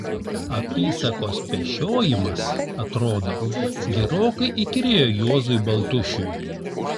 apysakos pešiojimas atrodo gerokai įkyrėjo juozui baltušiui